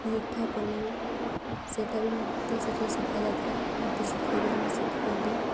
ମିଠା ପଲାଉ ସେଇଟା ବି ମୋତେ ସେଠାରେ ଶିଖାଯାଉଥିଲା ମତେ ଶିଖାଇ ଦେଲେ ମୁଁ ଶିଖିଗଲି